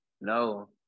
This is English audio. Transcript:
No